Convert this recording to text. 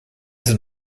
sind